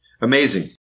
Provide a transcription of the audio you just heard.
Amazing